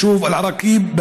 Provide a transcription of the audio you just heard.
ביישוב אל-עראקיב,